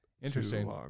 Interesting